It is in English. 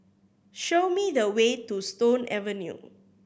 show me the way to Stone Avenue